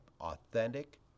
authentic